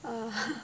uh